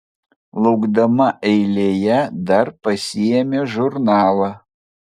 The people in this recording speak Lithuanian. laukdama eilėje dar pasiėmė žurnalą